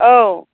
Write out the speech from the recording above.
औ